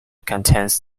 contains